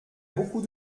beaucoup